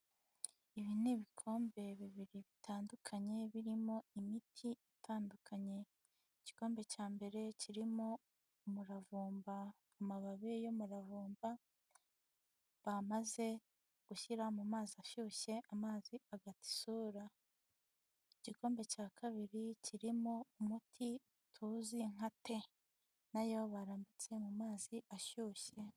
Ibi ni ibikombe bibiri bitandukanye birimo imiti itandukanye. Igikombe cya mbere kirimo umuravumba, amababi y'umaravumba bamaze gushyira mu mazi ashyushye amazi agata isura, igikombe cya kabiri kirimo umuti tuzi nka te, nayo barambitse mu mazi ashyushye.